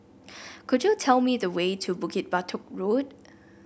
could you tell me the way to Bukit Batok Road